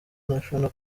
national